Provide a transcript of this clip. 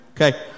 Okay